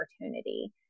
opportunity